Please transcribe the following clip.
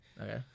Okay